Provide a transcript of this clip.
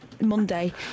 Monday